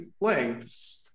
lengths